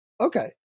Okay